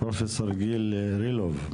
פרופ' גיל רילוב,